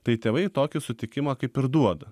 tai tėvai tokį sutikimą kaip ir duoda